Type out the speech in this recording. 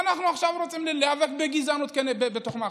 אנחנו עכשיו רוצים להיאבק בגזענות בתוך מח"ש.